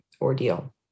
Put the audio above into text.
ordeal